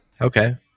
okay